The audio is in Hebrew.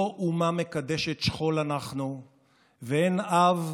לא אומה מקדשת שכול אנחנו ואין אב,